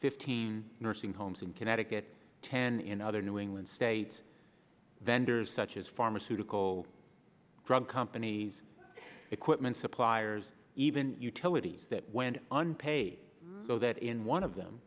fifteen nursing homes in connecticut ten in other new england states vendors such as pharmaceutical drug companies equipment suppliers even utilities that went unpaid so that in one of them